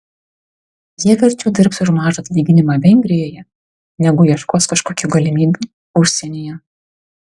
jie verčiau dirbs už mažą atlyginimą vengrijoje negu ieškos kažkokių galimybių užsienyje